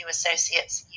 Associates